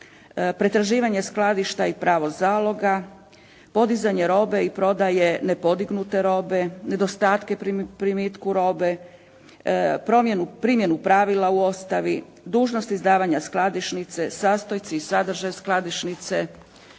pretraživanje skladišta i pravo zaloga, podizanje robe i prodaje nepodignute robe, nedostatke pri primitku robe, promjenu, primjenu pravila u ostavi, dužnost izdavanja skladišnice, sastojci i sadržaj skladišnice,